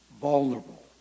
Vulnerable